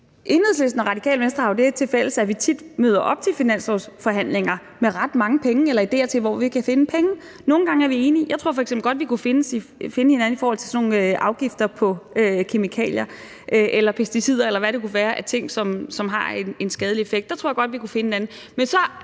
Enhedslisten og Radikale Venstre har jo det tilfælles, at vi tit møder op til finanslovforhandlinger med ret mange penge eller ideer til, hvor vi kan finde penge, og nogle gange er vi enige. Jeg tror f.eks. godt, vi kunne finde hinanden i forhold til sådan nogle afgifter på kemikalier eller pesticider, eller hvad det kunne være af ting, som har en skadelig effekt. Der tror jeg godt, at vi kunne finde hinanden.